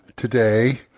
Today